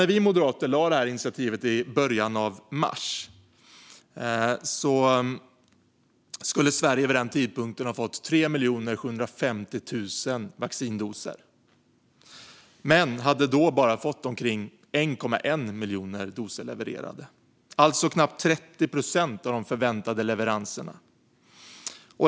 När vi moderater i början av mars lade fram initiativet skulle Sverige vid den tidpunkten ha fått 3 750 000 vaccindoser men hade bara fått omkring 1,1 miljon doser levererade, alltså knappt 30 procent av de förväntade leveranserna.